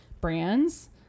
brands